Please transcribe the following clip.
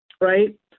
right